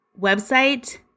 website